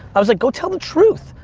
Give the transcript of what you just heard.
i was like, go tell the truth.